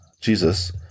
Jesus